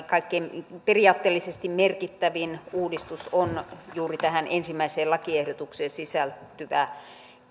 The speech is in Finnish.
kaikkein merkittävin uudistus on juuri tähän ensimmäiseen lakiehdotukseen sisältyvä